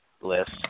list